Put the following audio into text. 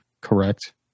correct